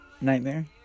nightmare